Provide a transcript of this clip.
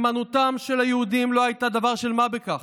נאמנותם של היהודים לא הייתה דבר של מה בכך,